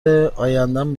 ایندم